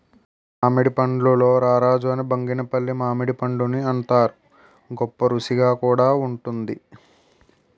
మామిడి పండుల్లో రారాజు అని బంగినిపల్లి మామిడిపండుని అంతారు, గొప్పరుసిగా కూడా వుంటుంది